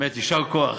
באמת יישר כוח,